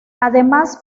además